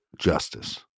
justice